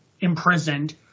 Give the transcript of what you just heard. imprisoned